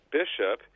bishop